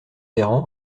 véran